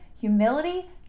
humility